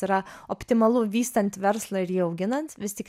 yra optimalu vystant verslą ir jį auginant vis tik